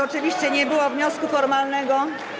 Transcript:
Oczywiście nie było wniosku formalnego.